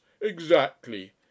Exactly